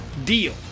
deal